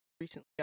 recently